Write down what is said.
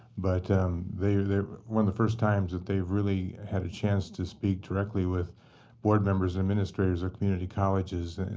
but um they they one of the first times that they've really had a chance to speak directly with board members and administrators of community colleges. and